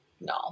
No